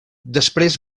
després